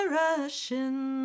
rushing